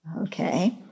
okay